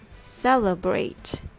Celebrate